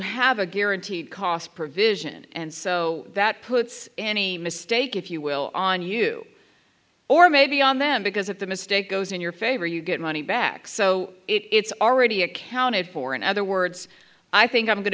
have a guaranteed cost provision and so that puts any mistake if you will on you or maybe on them because if the mistake goes in your favor you get money back so it's already accounted for in other words i think i'm going